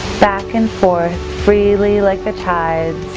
back and forth freely like the tides,